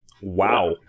Wow